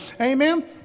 Amen